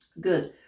good